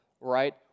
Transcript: right